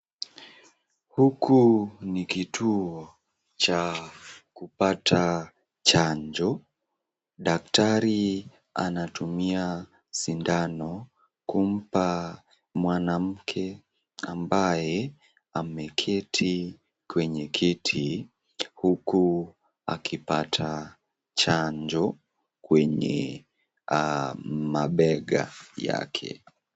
huku ni kituo cha kupata chanjo, daktari anatumia shindano kuumpa mwanamke ambaye ameketi kwenye kiti huku akipata chanjo kwenye mabega yake.